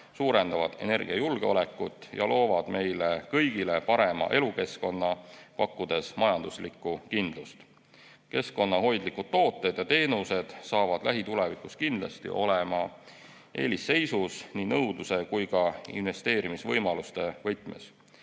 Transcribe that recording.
suurendavad energiajulgeolekut ja loovad meile kõigile parema elukeskkonna, pakkudes majanduslikku kindlust. Keskkonnahoidlikud tooted ja teenused saavad lähitulevikus kindlasti olema eelisseisus nii nõudluse kui ka investeerimisvõimaluste võtmes.